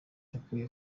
akwiye